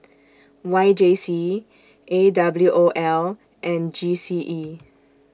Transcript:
Y J C A W O L and G C E